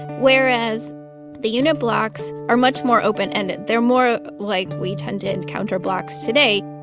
whereas the unit blocks are much more open-ended. they're more like we tend to encounter blocks today